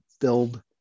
build